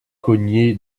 cogné